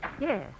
Yes